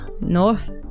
North